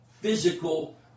physical